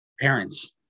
Parents